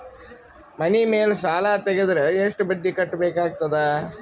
ಮನಿ ಮೇಲ್ ಸಾಲ ತೆಗೆದರ ಎಷ್ಟ ಬಡ್ಡಿ ಕಟ್ಟಬೇಕಾಗತದ?